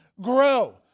grow